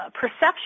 perception